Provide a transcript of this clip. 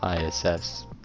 ISS